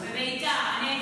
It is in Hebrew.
בבית"ר.